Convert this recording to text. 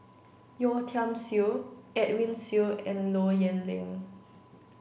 Yeo Tiam Siew Edwin Siew and Low Yen Ling